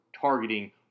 targeting –